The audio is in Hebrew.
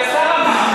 הרי השר אמר.